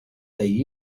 they